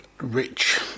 Rich